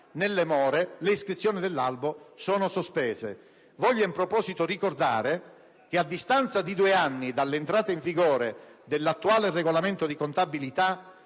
Nelle more, le iscrizioni all'albo sono sospese. Voglio in proposito ricordare che, a distanza di due anni dall'entrata in vigore dell'attuale regolamento di contabilità,